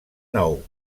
nou